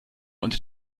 unter